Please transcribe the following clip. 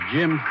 Jim